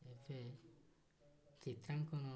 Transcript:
ଏବେ ଚିତ୍ରାଙ୍କନ